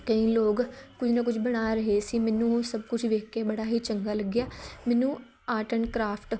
ਕਈ ਲੋਕ ਕੁਝ ਨਾ ਕੁਝ ਬਣਾ ਰਹੇ ਸੀ ਮੈਨੂੰ ਉਹ ਸਭ ਕੁਛ ਵੇਖ ਕੇ ਬੜਾ ਹੀ ਚੰਗਾ ਲੱਗਿਆ ਮੈਨੂੰ ਆਰਟ ਐਂਡ ਕ੍ਰਾਫਟ